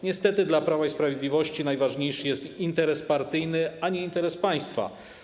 Niestety, dla Prawa i Sprawiedliwości najważniejszy jest interes partyjny, a nie interes państwa.